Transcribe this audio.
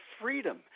freedom